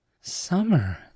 Summer